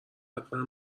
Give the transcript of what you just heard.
حتما